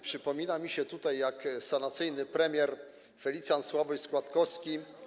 Przypomina mi się tutaj, jak sanacyjny premier Felicjan Sławoj Składkowski.